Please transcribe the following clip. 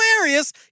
hilarious